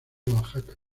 oaxaca